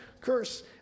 curse